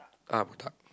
ah botak